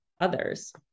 others